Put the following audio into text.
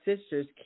sisters